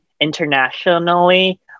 internationally